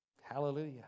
Hallelujah